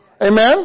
Amen